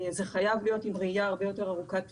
זה חייב להיות עם ראייה הרבה ארוכת טווח.